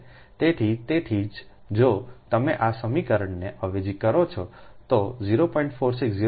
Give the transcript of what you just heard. તેથી તેથી જ જો તમે આ સમીકરણને અવેજી કરો છો તો 0